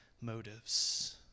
motives